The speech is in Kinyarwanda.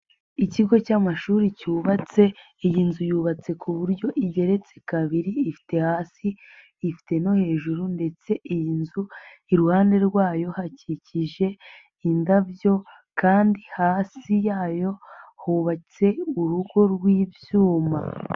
Ikigo cy'amashuri cyubatse, iyi nzu yubatse ku buryo igeretse kabiri, ifite hasi ifite no hejuru ndetse iyi nzu iruhande rwayo hakikije indabyo kandi hasi yayo hubatse urugo rw'ibyuma.